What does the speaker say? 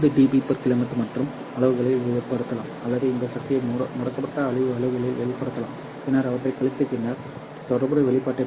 நீங்கள் இந்த 20 dB km ஐ Np m அளவுகளில் வெளிப்படுத்தலாம் அல்லது இந்த சக்தியை முடக்கப்பட்ட அளவுகளில் வெளிப்படுத்தலாம் பின்னர் அவற்றைக் கழித்து பின்னர் தொடர்புடைய வெளிப்பாட்டைப் பெறலாம்